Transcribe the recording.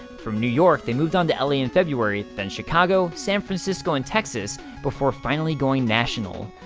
from new york, they moved onto la in february, then chicago, san francisco, and texas before finally going national.